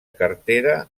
cartera